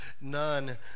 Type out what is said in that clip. none